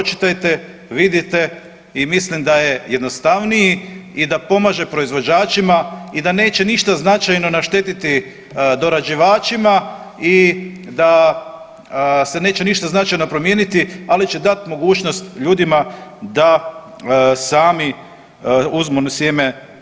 Pročitajte, vidite i mislim da je jednostavniji i da pomaže proizvođačima i da neće ništa značajno naštetiti dorađivačima i da se neće ništa značajno promijeniti, ali će dati mogućnost ljudima da sami uzmu sjeme.